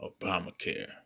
Obamacare